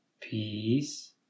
Peace